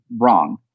wrong